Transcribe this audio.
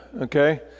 okay